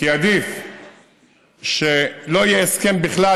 כי עדיף שלא יהיה הסכם בכלל,